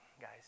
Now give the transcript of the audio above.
guys